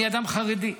אני אדם חרדי,